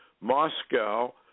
Moscow